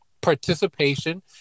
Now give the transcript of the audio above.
participation